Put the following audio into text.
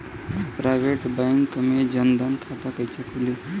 Private bank मे जन धन खाता कैसे खुली?